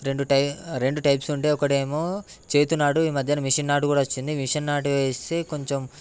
రెండు టైప్ రెండు టైప్స్ ఉంటే ఒకటేమో చేతినాటు ఈ మధ్యన మిషన్ నాటు కూడా వచ్చింది మిషన్ నాటు వేస్తే కొంచెం